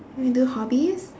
we do hobbies